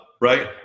right